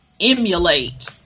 emulate